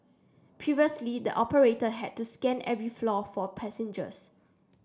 previously the operator had to scan every floor for passengers